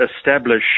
establish